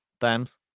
times